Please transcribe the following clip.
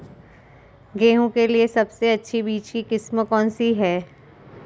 गेहूँ के लिए सबसे अच्छी बीज की किस्म कौनसी है?